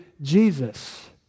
Jesus